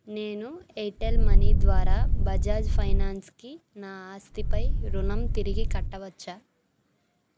నేను Airtel money ద్వారా బజాజ్ ఫైనాన్స్కి నా ఆస్తిపై రుణం తిరిగి కట్టవచ్చా